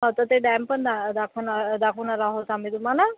हो तर ते डॅम पण दा दाखवणा दाखवणार आहोत आम्ही तुम्हाला